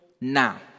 now